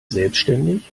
selbstständig